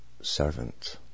servant